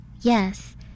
Yes